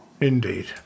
Indeed